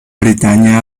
bretaña